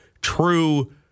true